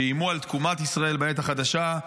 שאיימו על תקומת ישראל בעת החדשה,